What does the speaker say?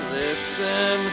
listen